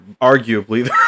arguably